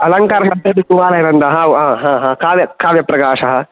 अलङ्कारशात्रे अपि कुवलयानन्दः हा हा हा काव्य काव्यप्रकाशः